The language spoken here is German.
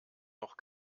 noch